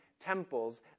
temples